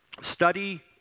study